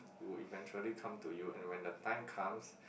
it will eventually come to you and when the time comes